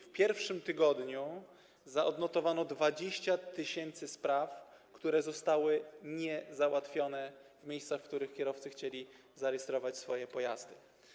W pierwszym tygodniu odnotowano 20 tys. spraw, które zostały niezałatwione w miejscach, w których kierowcy chcieli zarejestrować swoje pojazdy.